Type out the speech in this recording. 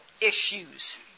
issues